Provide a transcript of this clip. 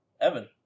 Evan